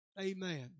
Amen